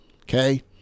Okay